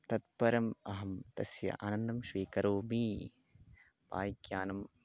तत्परम् अहं तस्य आनन्दं स्वीकरोमि बैक्यानम्